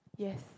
yes